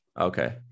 Okay